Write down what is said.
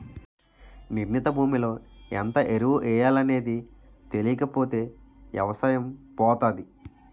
నిర్ణీత భూమిలో ఎంత ఎరువు ఎయ్యాలనేది తెలీకపోతే ఎవసాయం పోతాది